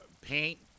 paint